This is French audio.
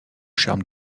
charme